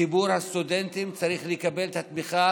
ציבור הסטודנטים צריך לקבל את התמיכה